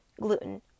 gluten